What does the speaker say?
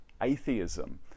atheism